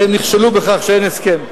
שהם נכשלו בכך שאין הסכם.